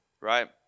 right